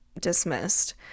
dismissed